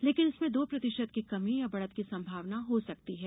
लेकिन इसमें दो प्रतिशत की कमी या बढ़त की संभावना हो सकती है